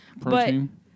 Protein